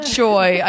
joy